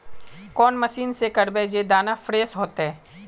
कौन मशीन से करबे जे दाना फ्रेस होते?